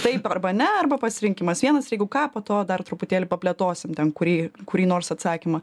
taip arba ne arba pasirinkimas vienas ir jeigu ką po to dar truputėlį paplėtosim ten kurį kurį nors atsakymą